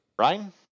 Ryan